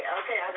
okay